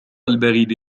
البريد